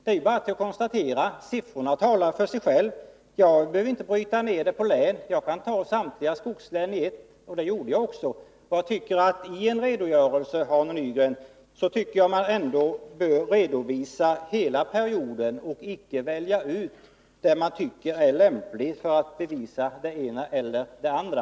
Det är bara att konstatera. Siffrorna talar som sagt för sig själva. Jag behöver inte bryta ner dem på län, utan jag kan ta samtliga skogslän i en klump. Det gjorde jag också. I en redogörelse, Arne Nygren, bör man redovisa hela perioden och inte välja ut den del som man tycker är lämplig för att bevisa det ena eller det andra.